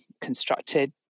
constructed